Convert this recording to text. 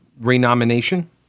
renomination